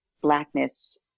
blackness